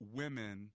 women –